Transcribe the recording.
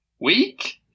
week